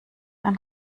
ein